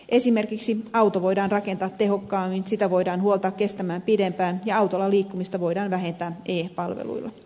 esimerkiksi auto voidaan rakentaa tehokkaammin sitä voidaan huoltaa kestämään pidempään ja autolla liikkumista voidaan vähentää e palveluilla